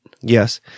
Yes